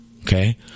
okay